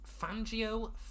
Fangio